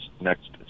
next